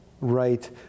Right